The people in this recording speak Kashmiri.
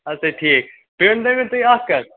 اَدٕ سا ٹھیٖک بیٚیہِ ؤنۍتَو تُہۍ مےٚ اکھ کتھ